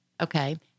Okay